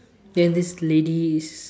then this lady is